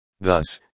Thus